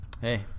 Hey